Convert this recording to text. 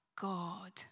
God